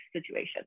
situation